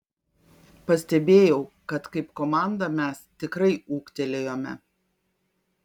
pastebėjau kad kaip komanda mes tikrai ūgtelėjome